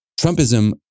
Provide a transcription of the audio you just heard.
Trumpism